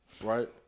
Right